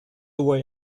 way